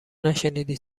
نشنیدی